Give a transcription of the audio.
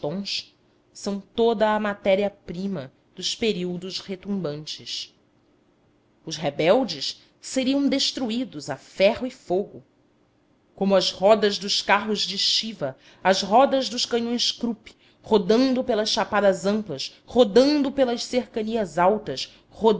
tons são toda a matéria prima dos períodos retumbantes os rebeldes seriam destruídos a ferro e fogo como as rodas dos carros de shiva as rodas dos canhões krupp rodando pelas chapadas amplas rodando pelas serranias altas